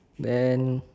then